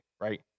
right